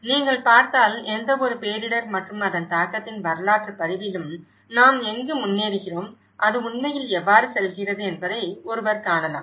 நீங்கள் பார்த்தால் எந்தவொரு பேரிடர் மற்றும் அதன் தாக்கத்தின் வரலாற்று பதிவிலும் நாம் எங்கு முன்னேறுகிறோம் அது உண்மையில் எவ்வாறு செல்கிறது என்பதை ஒருவர் காணலாம்